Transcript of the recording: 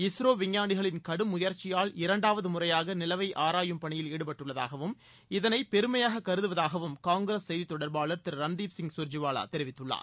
இஸ்ரோ விஞ்ஞானிகளின் கடும் முயற்சியால் இரண்டாவது முறையாக நிலவை ஆராயும் பணியில் ஈடுபட்டுள்ளதாகவும் இதனை பெருமையாக கருதுவதாகவும் காங்கிரஸ் செய்தி தொடர்பாளர் திரு ரன்தீப் சிங் சுர்ஜிவாலா தெரிவித்துள்ளார்